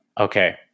Okay